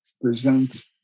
present